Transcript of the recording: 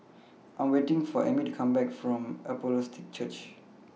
I Am waiting For Ammie to Come Back from Apostolic Church